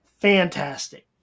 fantastic